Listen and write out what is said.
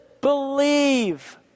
believe